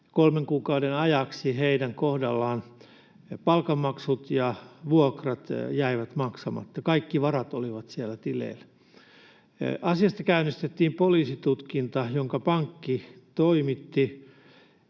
kolmen kuukauden ajaksi heidän kohdallaan. Palkat ja vuokrat jäivät maksamatta. Kaikki varat olivat siellä tileillä. Asiasta käynnistettiin poliisitutkinta, jonka pankki toimitti,